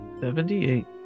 Seventy-eight